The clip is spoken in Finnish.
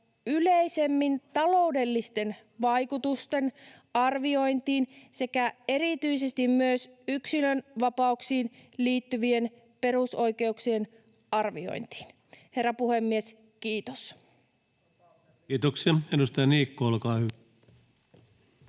yleisemmin taloudellisten vaikutusten arviointiin sekä erityisesti myös yksilönvapauksiin liittyvien perusoikeuksien arviointiin. [Merja Kyllönen: Vapauteen liittyy myös